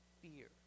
fear